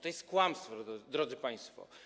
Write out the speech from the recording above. To jest kłamstwo, drodzy państwo.